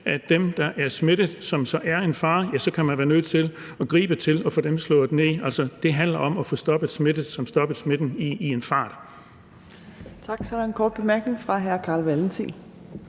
af dem, der er smittet, som så er en fare, ja, så kan man være nødt til at gribe til at få dem slået ned. Så det handler om at få stoppet smitten i en fart. Kl. 20:18 Fjerde næstformand (Trine Torp): Tak. Så er der en kort bemærkning fra hr. Carl Valentin.